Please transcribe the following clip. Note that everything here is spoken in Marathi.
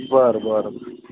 बरं बरं